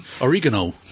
Oregano